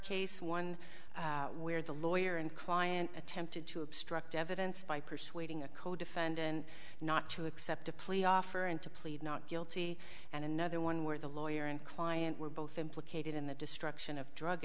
case one where the lawyer and client attempted to obstruct evidence by persuading a codefendant not to accept a plea offer and to plead not guilty and another one where the lawyer and client were both implicated in the destruction of drug